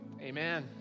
Amen